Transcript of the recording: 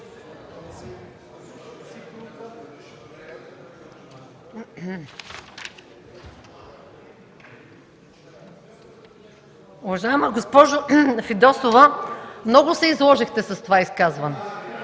Уважаема госпожо Фидосова, много се изложихте с това изказване.